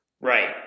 Right